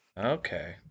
Okay